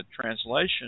translation